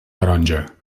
taronja